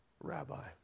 Rabbi